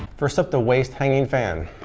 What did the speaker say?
first up, the waist-hanging fan.